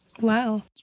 Wow